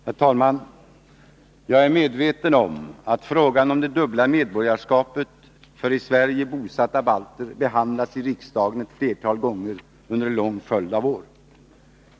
Herr talman! Jag är medveten om att frågan om det dubbla medborgarskapet för i Sverige bosatta balter har behandlats i riksdagen ett flertal gånger under en lång följd av år.